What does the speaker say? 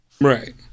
Right